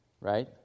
right